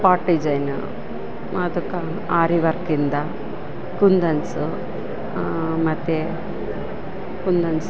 pot design ಮ ಅದಕ ಆರಿ ವರ್ಕಿಂದ ಕುಂದನ್ಸು ಮತ್ತು ಕುಂದನ್ಸು